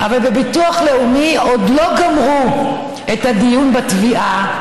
אבל בביטוח לאומי עוד לא גמרו את הדיון בתביעה.